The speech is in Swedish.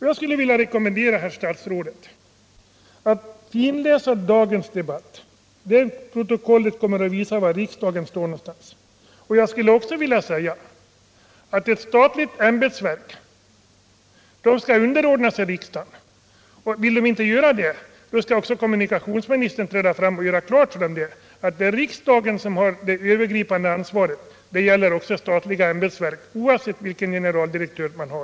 Jag skulle vilja rekommendera herr statsrådet att finläsa protokollet över dagens debatt. Det protokollet kommer att visa var riksdagen står. Jag hävdar också att ett statligt ämbetsverk skall underordna sig riksdagen. Vill verket inte detta, skall kommunikationsministern göra klart för den det vederbör att det är riksdagen som har det övergripande ansvaret. Det gäller alla statliga verk, oavsett vilken generaldirektör de har.